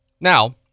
Now